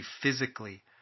physically